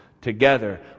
together